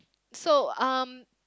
so um